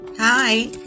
Hi